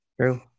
True